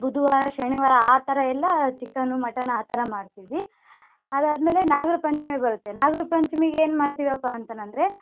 ಬುಧವಾರ ಶನಿವಾರ ಆ ಥರ ಎಲ್ಲ ಚಿಕನು ಮಟನ್ ಆ ಥರ ಮಾಡ್ತೀವಿ ಅದಾದ ಮೇಲೆ ನಾಗರ ಪಂಚಮಿ ಬರುತ್ತೆ ನಾಗರ ಪಂಚಮಿಗೆ ಏನು ಮಾಡ್ತಿವಪ್ಪ ಅಂತನಂದರೆ